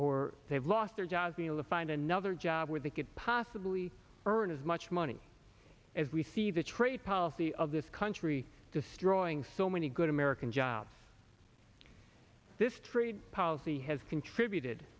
or they've lost their jobs be able to find another job where they could possibly earn as much money as we see the trade policy of this country destroying so many good american jobs this trade policy has contributed